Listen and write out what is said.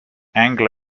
anglo